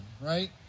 right